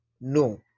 no